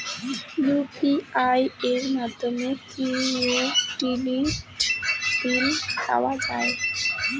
UPI এর মাধ্যমে কি ইউটিলিটি বিল দেওয়া যায়?